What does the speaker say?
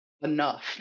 enough